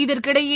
இதற்கிடையே